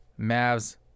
Mavs